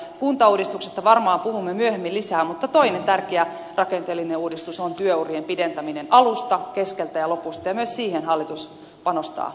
kuntauudistuksesta varmaan puhumme myöhemmin lisää mutta toinen tärkeä rakenteellinen uudistus on työurien pidentäminen alusta keskeltä ja lopusta ja myös siihen hallitus panostaa toimillaan